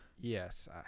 Yes